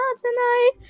tonight